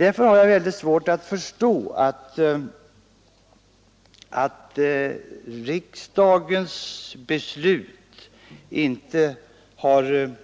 Jag har därför väldigt svårt att förstå att riksdagens beslut inte har